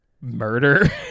murder